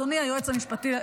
אדוני היועץ המשפטי?